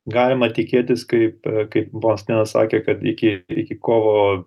galima tikėtis kaip kaip bostinas sakė kad iki iki kovo